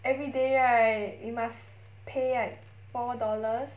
everyday right you must pay like four dollars